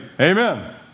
amen